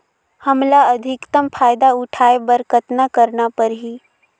हमला अधिकतम फायदा उठाय बर कतना करना परही?